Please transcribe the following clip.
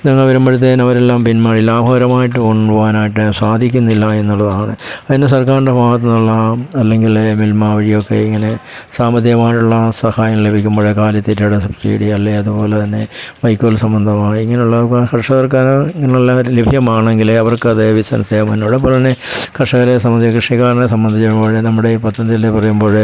ഇങ്ങനെ വരുമ്പോഴത്തേന് അവരെല്ലാം പിന്മാറും ലാഭകരമായിട്ട് കൊണ്ടുപോകാനായിട്ടു സാധിക്കുന്നില്ല എന്നുള്ളതാണ് അതിന് സർക്കാരിൻ്റെ ഭാഗത്തു നിന്നുള്ള അല്ലെങ്കിൽ മിൽമ വഴിയൊക്കെ ഇങ്ങനെ സാമ്പത്തികമായിട്ടുള്ള സഹായങ്ങൾ ലഭിക്കുമ്പോൾ കാലിത്തീറ്റയുടെ സബ്സിഡി അല്ലേ അതുപോലന്നെ വൈക്കോൽ സമ്മന്തമായി ഇങ്ങനൊള്ള കർഷകർക്ക് ഇങ്ങനൊള്ള കാര്യം ലഭ്യമാണെങ്കിലെ അവർക്ക് അതെ ബിസ്സിനസ്സ് ചെയ്യുവാനുള്ള അതു പോലെ തന്നെ കർഷകരെ സംബന്ധിച്ചു കൃഷിക്കാരനെ സംബന്ധിച്ച് അതുപോലെ നമ്മുടെ ഈ പദ്ധതി എന്നു പറയുമ്പോഴേ